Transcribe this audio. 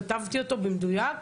כתבתי אותו במדויק,